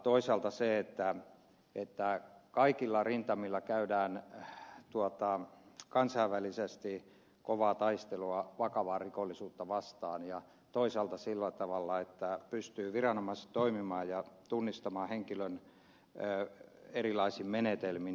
toisaalta kaikilla rintamilla käydään kansainvälisesti kovaa taistelua vakavaa rikollisuutta vastaan ja toisaalta sitä varten että viranomaiset pystyvät toimimaan ja tunnistamaan henkilöitä erilaisin menetelmin kehitetään keinoja